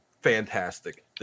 fantastic